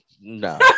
No